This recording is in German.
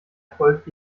erfolg